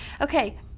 Okay